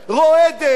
רועדת,